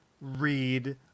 read